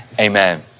amen